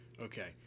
Okay